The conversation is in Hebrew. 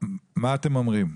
מה אתם אומרים?